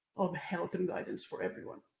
of help and guidance for everyone.